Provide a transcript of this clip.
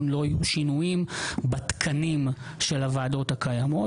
לא יהיו שינויים בתקנים של הוועדות הקיימות,